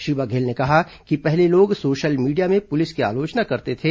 श्री बघेल ने कहा कि पहले लोग सोशल मीडिया में पुलिस की आलोचना करते थे